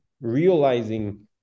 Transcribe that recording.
realizing